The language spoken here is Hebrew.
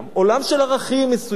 עולם של ערכים מסוים,